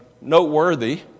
noteworthy